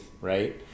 right